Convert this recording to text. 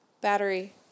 battery